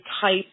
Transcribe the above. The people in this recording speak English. type